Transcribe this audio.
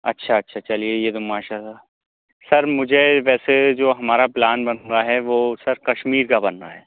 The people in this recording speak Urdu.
اچھا اچھا چلیے یہ تو ماشاء اللہ سر مجھے ویسے جو ہمارا پلان بن رہا ہے وہ سر کشمیر کا بن رہا ہے